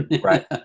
right